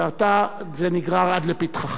ועתה זה נגרר עד לפתחך.